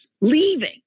leaving